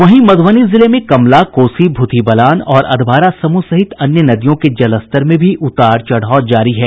वहीं मधुबनी जिले में कमला कोसी भूतही बलान और अधवारा समूह सहित अन्य नदियों के जलस्तर में भी उतार चढ़ाव जारी है